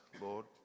Lord